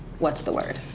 what's the word?